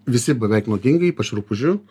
visi beveik nuodingi ypač rupūžių